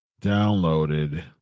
downloaded